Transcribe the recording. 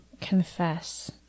confess